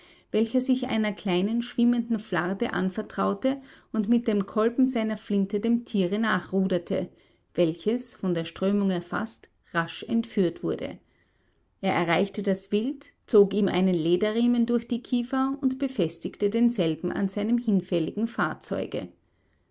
welcher sich einer kleinen schwimmenden flarde anvertraute und mit dem kolben seiner flinte dem tiere nachruderte welches von der strömung erfaßt rasch entführt wurde er erreichte das wild zog ihm einen lederriemen durch die kiefer und befestigte denselben an seinem hinfälligen fahrzeuge